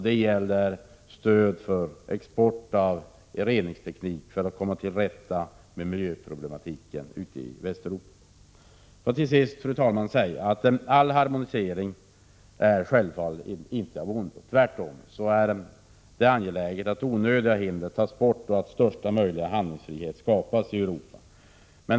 Det gäller stöd för export av reningsteknik för att komma till rätta med miljöproblematiken ute i Västeuropa. Får jag till sist, fru talman, säga att all harmonisering av handeln självfallet inte är av ondo. Tvärtom är det angeläget att onödiga handelshinder tas bort och största möjliga handelsfrihet skapas i Europa.